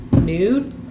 Nude